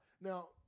Now